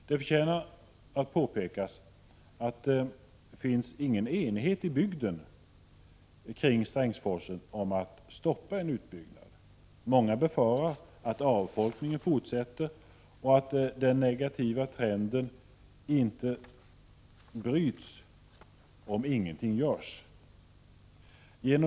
Det förtjänar påpekas att det inte finns någon enighet i bygden kring Strängsforsen om att stoppa en utbyggnad. Många befarar att avfolkningen fortsätter och att den negativa trenden inte bryts, om inget görs.